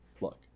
look